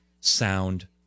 sound